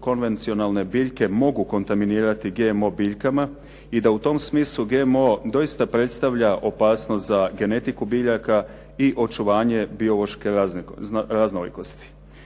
konvencionalne biljke mogu kontaminirati GMO biljkama i da u tom smislu GMO doista predstavlja opasnost za genetiku biljaka i očuvanje biološke raznolikosti.